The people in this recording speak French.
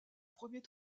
premier